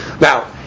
Now